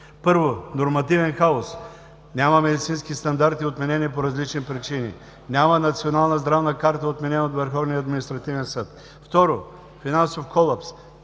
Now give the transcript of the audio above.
Първо, нормативен хаос. Няма медицински стандарти, отменени по различни причини. Няма национална здравна карта, отменена от Върховния